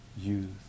youth